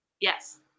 Yes